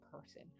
person